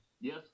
Yes